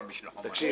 אני מזכיר